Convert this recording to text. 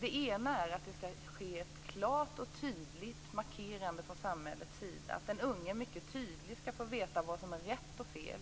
Det ena argumentet är att det från samhällets sida klart och tydligt skall markeras att den unge mycket tydligt skall få veta vad som är rätt och fel.